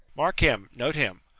mark him note him.